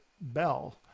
bell